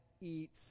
eats